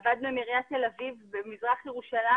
עבדנו עם עיריית תל אביב ובמזרח ירושלים.